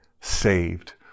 saved